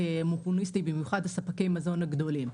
במיוחד ספקי המזון הגדולים.